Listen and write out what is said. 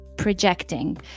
projecting